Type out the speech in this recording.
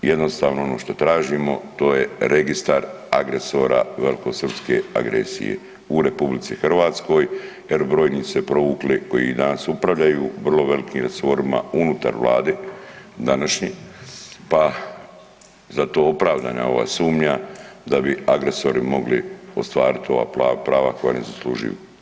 Jednostavno ono što tražimo to je registar agresora velikosrpske agresije u RH jer brojni su se provukli koji i danas upravljaju vrlo velikim resorima unutar Vlade današnje, pa zato opravdana ova sumnja da bi agresori mogli ostvariti ova prava koja ne zaslužuju.